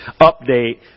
update